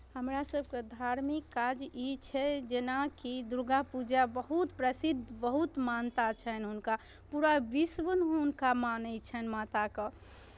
हमरासभ के धार्मिक काज ई छै जेनाकि दुर्गा पूजा बहुत प्रसिद्ध बहुत मान्यता छनि हुनका पूरा विश्वमे हुनका मानै छनि माताकेँ